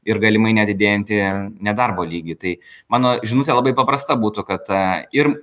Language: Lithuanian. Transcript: ir galimai nedidėjantį nedarbo lygį tai mano žinutė labai paprasta būtų kad a ir